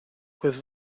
with